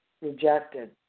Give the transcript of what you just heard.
rejected